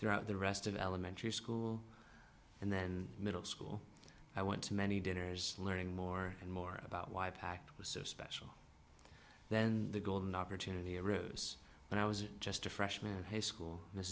throughout the rest of elementary school and then middle school i went to many dinners learning more and more about why a pact was so special then the golden opportunity arose when i was just a freshman in high school this